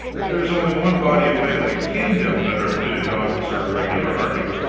there is only one body of men in the kingdom that are fitted to officer a regular army.